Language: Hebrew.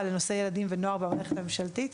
בנושא ילדים ונוער במערכת הממשלתית".